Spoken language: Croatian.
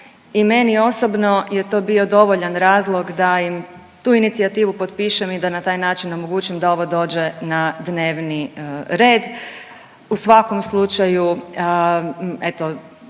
i meni osobno je to bio dovoljan razlog da im tu inicijativu potpišem i da na taj način omogućim da ovo dođe na dnevni red, u svakom slučaju, eto,